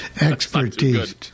expertise